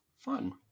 fun